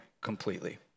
completely